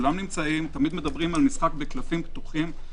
תמיד מדברים על משחק בקלפים פתוחים.